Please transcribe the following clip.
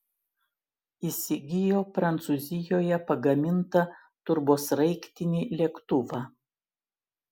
įsigijo prancūzijoje pagamintą turbosraigtinį lėktuvą